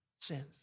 sins